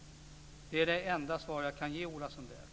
Det är det enda svar jag kan ge Ola Sundell.